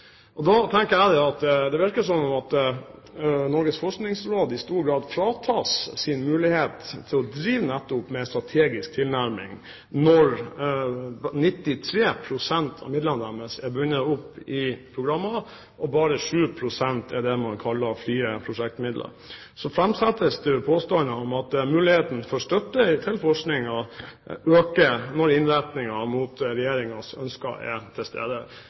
tenker da at det virker som om Norges forskningsråd i stor grad fratas sin mulighet til nettopp å drive med strategisk tilnærming når 93 pst. av midlene deres er bundet opp i programmer, og bare 7 pst. er det man kaller frie prosjektmidler. Så framsettes det påstander om at muligheten for støtte til forskningen øker når innretningen mot Regjeringens ønske er til stede.